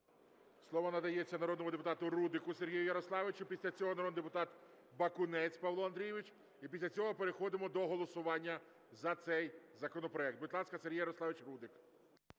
Слово надається народному депутату Рудику Сергію Ярославовичу. Після цього народний депутат Бакунець Павло Андрійович. І після цього переходимо до голосування за цей законопроект. Будь ласка, Сергій Ярославович Рудик.